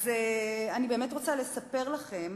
אז אני באמת רוצה לספר לכם